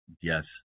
Yes